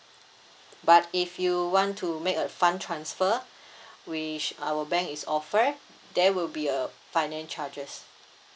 but if you want to make a fund transfer which our bank is offer there will be a finance charges